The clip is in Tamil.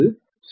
மற்றும் 6